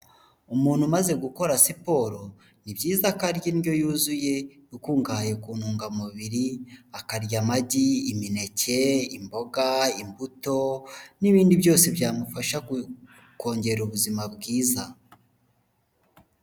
Umuntu umaze gukora siporo ni byiza ko arya indyo yuzuye ikungahaye ku ntungamubiri, akarya amagi, imineke, imboga, imbuto, n'ibindi byose byamufasha kongera ubuzima bwiza.